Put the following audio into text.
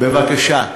בבקשה.